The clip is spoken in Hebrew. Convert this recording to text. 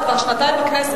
את כבר שנתיים בכנסת,